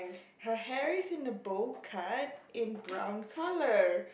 her hair is in a bob cut in brown colour